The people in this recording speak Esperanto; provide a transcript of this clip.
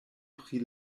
pri